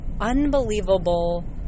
unbelievable